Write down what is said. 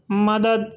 مدد